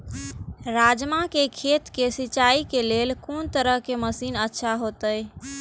राजमा के खेत के सिंचाई के लेल कोन तरह के मशीन अच्छा होते?